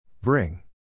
Bring